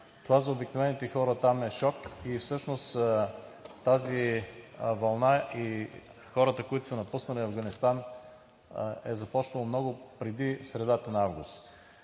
това за обикновените хората там е шок. Всъщност тази вълна и хората, които са напуснали Афганистан, е започнало много преди средата на месец